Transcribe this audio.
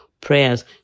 prayers